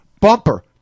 bumper